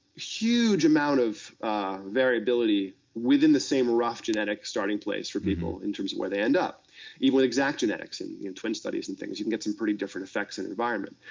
huge amount of variability within the same rough genetic starting place for people, in terms where they end up. even with exact genetics, and in twin studies and things, you can get some pretty different effects in environment.